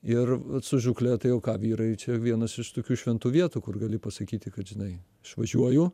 ir su žukle tai o ką vyrui čia vienos iš tokių šventų vietų kur gali pasakyti kad žinai išvažiuoju